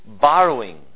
borrowing